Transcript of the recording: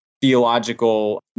theological